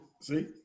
See